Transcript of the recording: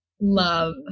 Love